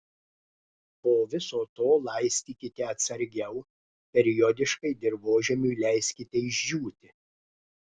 po viso to laistykite atsargiau periodiškai dirvožemiui leiskite išdžiūti